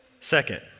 Second